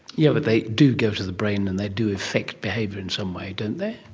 you know they do go to the brain and they do affect behaviour in some way, don't they?